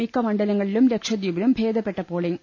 മിക്ക മണ്ഡലങ്ങളിലും ലക്ഷദ്വീപ്പിലും ഭേദപ്പെട്ട പോളിംഗ്